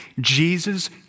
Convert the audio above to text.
Jesus